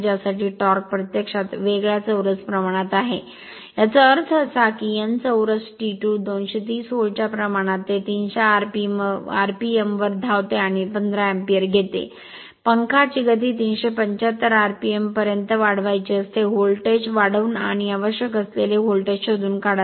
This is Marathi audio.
ज्यासाठी टॉर्क प्रत्यक्षात वेगच्या चौरस प्रमाणात आहे याचा अर्थ असा की n चौरस T2 230 व्होल्टच्या प्रमाणात ते 300 rpm वर धावते आणि 15 अँपिअर घेते पंखाची गती 375 rpm पर्यंत वाढवायची असते व्होल्टेज वाढवून आणि आवश्यक असलेले व्होल्टेज शोधून काढा